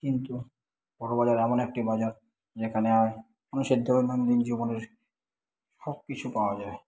কিন্তু বড়বাজার এমন একটি বাজার যেখানে আর মানুষের দৈনন্দিন জীবনের সব কিছু পাওয়া যায়